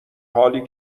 حالی